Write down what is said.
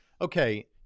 okay